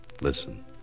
Listen